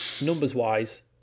Numbers-wise